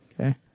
Okay